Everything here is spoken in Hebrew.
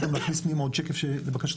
ניסיתי להכניס פנימה עוד שקף לבקשתך,